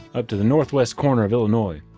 up to the northwest corner of illinois.